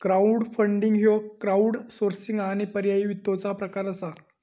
crowdfunding ह्यो crowdsourcing आणि पर्यायी वित्ताचो प्रकार असा